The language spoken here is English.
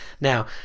Now